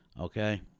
Okay